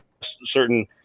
certain